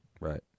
Right